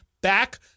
back